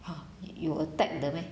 !huh! 有 attack 的 meh